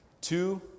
Two